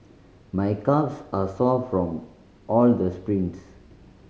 my calves are sore from all the sprints